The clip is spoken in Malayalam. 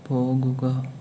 പോകുക